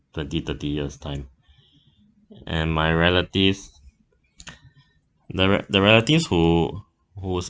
twenty thirty years time and my relatives the re~ the relatives who whose